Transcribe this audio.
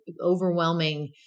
overwhelming